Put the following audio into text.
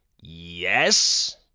Yes